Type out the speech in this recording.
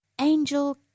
Angel